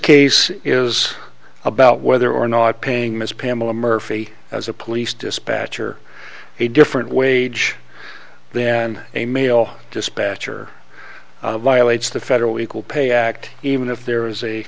case is about whether or not paying ms pamela murphy as a police dispatcher a different wage then a male dispatcher violates the federal equal pay act even if there is a